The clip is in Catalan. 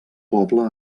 poble